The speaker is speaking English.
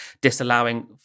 disallowing